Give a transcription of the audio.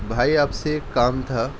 بھائی آپ سے ایک کام تھا